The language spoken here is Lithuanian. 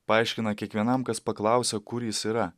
paaiškina kiekvienam kas paklausia kur jis yra